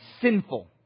sinful